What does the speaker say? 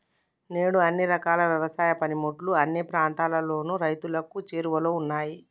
నేడు అన్ని రకాల యవసాయ పనిముట్లు అన్ని ప్రాంతాలలోను రైతులకు చేరువలో ఉన్నాయి